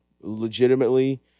legitimately